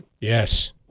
Yes